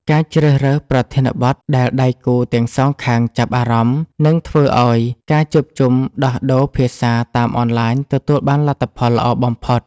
ការជ្រើសរើសប្រធានបទដែលដៃគូទាំងសងខាងចាប់អារម្មណ៍ នឹងធ្វើឱ្យការជួបជុំដោះដូរភាសាតាមអនឡាញទទួលបានលទ្ធផលល្អបំផុត។